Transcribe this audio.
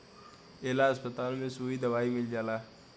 ए ला अस्पताल में सुई दवाई मील जाला